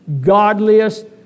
godliest